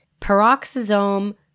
peroxisome